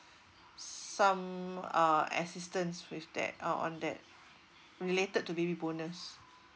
some uh assistance with that uh on that related to baby bonus